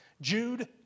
Jude